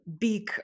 big